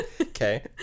okay